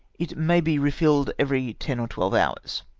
it may be refilled every ten or twelve hours.